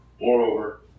Moreover